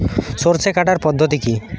সরষে কাটার পদ্ধতি কি?